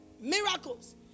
miracles